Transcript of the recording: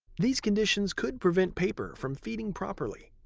these conditions could prevent paper from feeding properly.